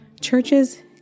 Churches